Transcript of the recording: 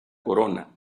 corona